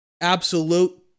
Absolute